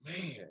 man